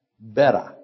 better